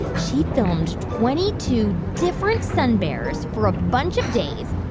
she filmed twenty two different sun bears for a bunch of days.